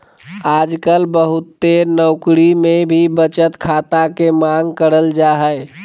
आजकल बहुते नौकरी मे भी बचत खाता के मांग करल जा हय